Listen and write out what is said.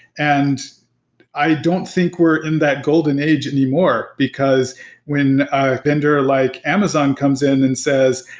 and i don't think we're in that golden age anymore, because when a vendor like amazon comes in and says,